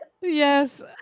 yes